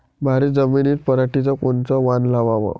भारी जमिनीत पराटीचं कोनचं वान लावाव?